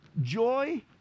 joy